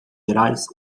gerais